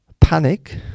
panic